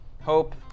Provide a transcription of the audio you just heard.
Hope